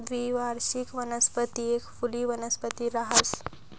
द्विवार्षिक वनस्पती एक फुली वनस्पती रहास